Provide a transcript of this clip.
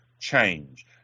change